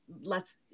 lets